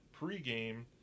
pregame